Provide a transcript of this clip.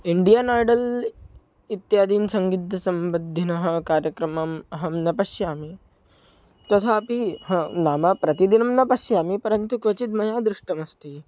Indian Idol इत्यादीन् सङ्गीतसम्बन्धिनः कार्यक्रमान् अहं न पश्यामि तथापि हा नाम प्रतिदिनं न पश्यामि परन्तु क्वचिद् मया दृष्टमस्ति